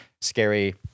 scary